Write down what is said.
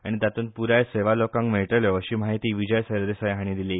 आनी तातूंत पुराय सेवा लोकांक मेळटल्यो अशी माहिती विजय सरदेसाय हांणी दिली